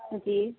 جی